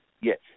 Yes